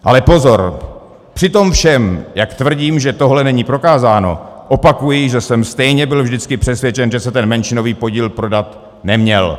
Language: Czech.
Ale pozor, při tom všem, jak tvrdím, že tohle není prokázáno, opakuji, že jsem stejně byl vždycky přesvědčen, že se ten menšinový podíl prodat neměl.